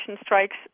strikes